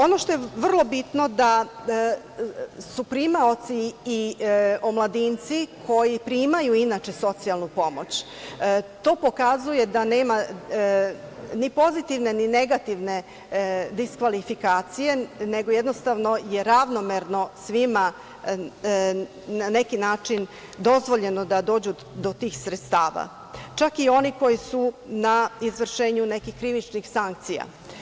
Ono što je vrlo bitno da su primaoci i omladinci koji primaju inače socijalnu pomoć, to pokazuje da nema ni pozitivne, ni negativne diskvalifikacije, nego jednostavno je ravnomerno svima na neki način dozvoljeno da dođu do tih sredstava, čak i oni koji su na izvršenju nekih krivičnih sankcija.